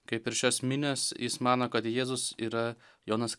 kaip ir šios minios jis mano kad jėzus yra jonas